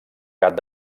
gat